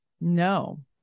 No